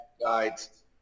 Guides